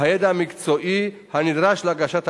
והידע המקצועי הנדרש להגשת ההערות,